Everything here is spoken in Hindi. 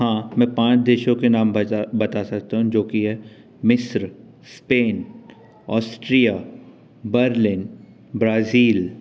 हाँ मैं पाँच देशों के नाम बता सकता हूँ जो कि है मिस्र इस्पेन ऑस्ट्रिया बर्लिन ब्राज़ील